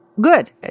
good